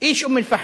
איש אום-אל-פחם,